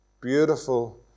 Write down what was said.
beautiful